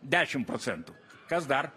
dešim procentų kas dar